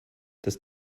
dass